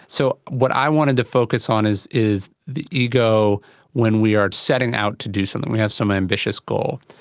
so what i wanted to focus on is is the ego when we are setting out to do something, we have some ambitious goal.